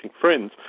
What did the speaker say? friends